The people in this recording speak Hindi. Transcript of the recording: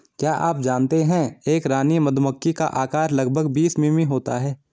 क्या आप जानते है एक रानी मधुमक्खी का आकार लगभग बीस मिमी होता है?